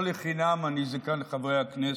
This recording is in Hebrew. לא לחינם אני זקן חברי הכנסת,